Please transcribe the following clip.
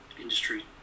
industry